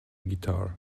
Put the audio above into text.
guitar